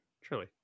truly